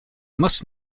must